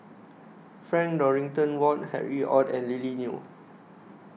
Frank Dorrington Ward Harry ORD and Lily Neo